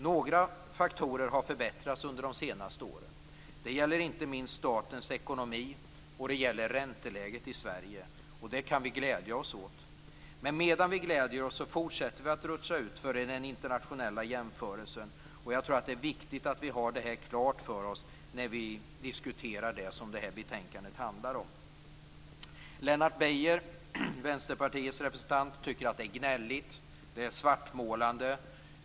Några faktorer har förbättrats under de senaste åren. Det gäller inte minst statens ekonomi och ränteläget i Sverige. Detta kan vi glädja oss åt. Men medan vi gläder oss fortsätter vi att rutscha utför i den internationella jämförelsen. Jag tror att det är viktigt att ha detta klart för sig när vi diskuterar det som det här betänkandet handlar om. Lennart Beijer, Vänsterpartiets representant, tycker att detta är gnälligt och svartmålande.